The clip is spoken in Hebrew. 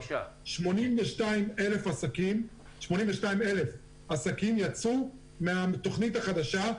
82,000 עסקים יצאו מהתוכנית החדשה,